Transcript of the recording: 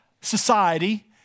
society